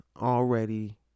already